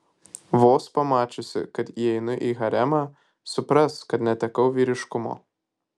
vos pamačiusi kad įeinu į haremą supras kad netekau vyriškumo